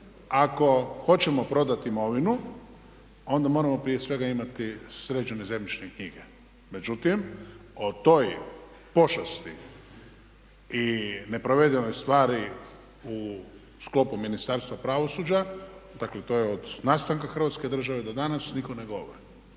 ako hoćemo prodati imovinu, onda moramo prije svega imati sređene zemljišne knjige. Međutim, o toj počasti i ne provedenoj stvari u sklopu Ministarstva pravosuđa, to je od nastanaka Hrvatske države do danas nitko ne govori.